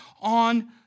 on